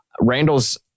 Randall's